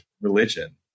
religion